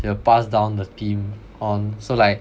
they will pass down the theme on so like